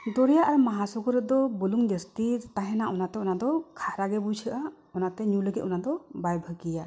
ᱫᱚᱨᱭᱟ ᱟᱨ ᱢᱟᱦᱟᱥᱟᱜᱚᱨ ᱫᱚ ᱵᱩᱞᱩᱝ ᱡᱟᱹᱥᱛᱤ ᱛᱟᱦᱮᱱᱟ ᱚᱱᱟᱛᱮ ᱚᱱᱟ ᱫᱚ ᱠᱷᱟᱨᱟ ᱜᱮ ᱵᱩᱡᱷᱟᱹᱜᱼᱟ ᱚᱱᱟᱛᱮ ᱧᱩ ᱞᱟᱹᱜᱤᱫ ᱚᱱᱟ ᱫᱚ ᱵᱟᱭ ᱵᱷᱟᱜᱮᱭᱟ